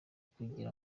kugira